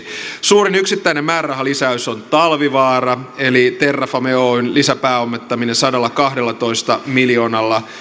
suurin yksittäinen määrärahalisäys on talvivaara eli terrafame oyn lisäpääomittaminen sadallakahdellatoista miljoonalla